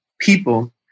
people